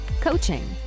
coaching